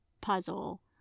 puzzle